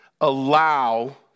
allow